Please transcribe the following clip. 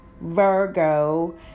Virgo